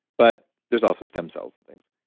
but there's also stem cells and things.